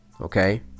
okay